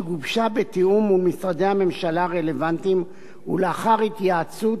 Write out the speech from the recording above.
שגובשה בתיאום עם משרדי הממשלה הרלוונטיים ולאחר התייעצות